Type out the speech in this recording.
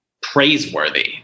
praiseworthy